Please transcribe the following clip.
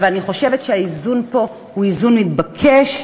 אבל אני חושבת שהאיזון פה הוא איזון מתבקש,